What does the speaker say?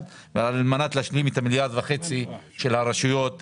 השקלים ועל מנת להשלים את ה-1.5 מיליארד שקלים של המשרדים.